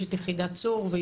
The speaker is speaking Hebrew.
יש את יחידת צור.